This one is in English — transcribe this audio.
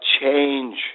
change